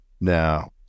Now